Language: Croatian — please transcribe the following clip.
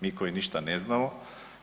Mi koji ništa ne znamo